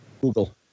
Google